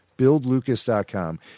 buildlucas.com